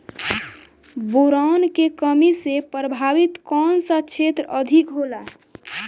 Boron के कमी से प्रभावित कौन सा क्षेत्र अधिक होला?